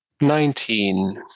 Nineteen